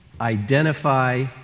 identify